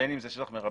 בין אם זה שטח מרבי,